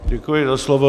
Děkuji za slovo.